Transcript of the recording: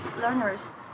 learners